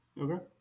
Okay